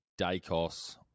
Dacos